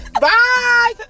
Bye